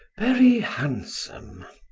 very handsome!